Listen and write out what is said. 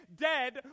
dead